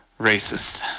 racist